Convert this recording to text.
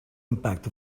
impact